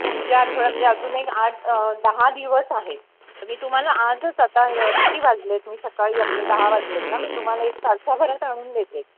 पुढच्या आठवड्यात म्हणजे अजून एक आठ दहा दिवस आहे मी तुम्हाला आजच आता किती वाजलेत मी सकाळी आपले दहा वाजलेत ना मी तुम्हाला एक तासाभरात आणून देते